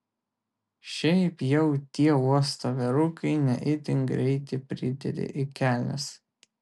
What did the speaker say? šiaip jau tie uosto vyrukai ne itin greiti pridėti į kelnes